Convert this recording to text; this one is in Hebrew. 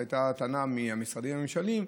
הועלתה הטענה מהמשרדים הממשלתיים,